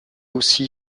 aussi